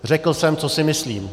Řekl jsem, co si myslím.